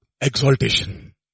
exaltation